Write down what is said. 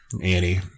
Annie